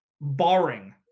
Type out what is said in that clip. barring